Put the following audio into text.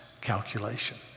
calculation